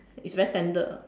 very standard